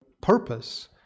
purpose